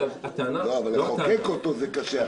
אבל זה קשה לחוקק אותו.